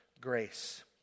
grace